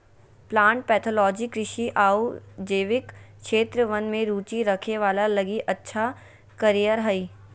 plant pathology कृषि आऊ जैविक क्षेत्र वन में रुचि रखे वाला लगी अच्छा कैरियर हइ